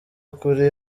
kuri